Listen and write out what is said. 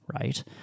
Right